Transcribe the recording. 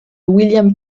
william